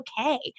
okay